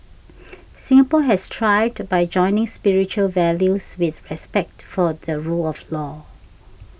Singapore has thrived by joining spiritual values with respect for the rule of law